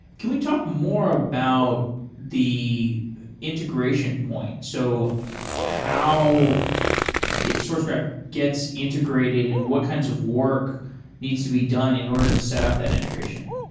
can we talk more about the integration point? so how sourcegraph gets integrated, and what kinds of work needs to be done in order to set up that integration?